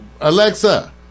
Alexa